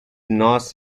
nós